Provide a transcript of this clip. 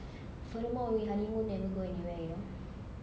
furthermore we honeymoon never go anywhere you know